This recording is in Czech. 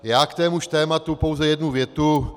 Já k témuž tématu pouze jednu větu.